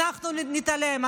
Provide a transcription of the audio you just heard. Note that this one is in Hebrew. אנחנו נתעלם,